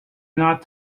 not